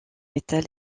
métal